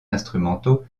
instrumentaux